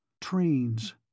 Trains